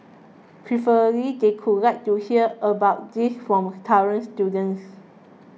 preferably they could like to hear about these from students